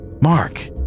Mark